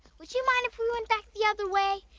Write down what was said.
would you mind if we went back the other way?